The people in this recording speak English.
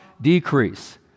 decrease